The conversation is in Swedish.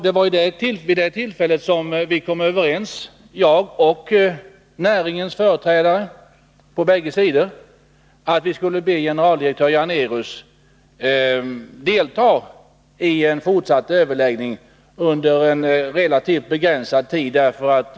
Det var vid det tillfället som jag och näringens företrädare på bägge sidor kom överens om att vi skulle be generaldirektör Janérus delta i en fortsatt överläggning under en relativt begränsad tid.